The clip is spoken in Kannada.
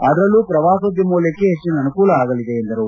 ಅದರಲ್ಲೂ ಪ್ರವಾಸೋದ್ಯಮ ವಲಯಕ್ಕೆ ಹೆಚ್ಚಿನ ಅನುಕೂಲ ಆಗಲಿದೆ ಎಂದರು